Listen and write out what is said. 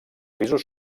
pisos